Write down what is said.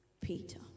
Peter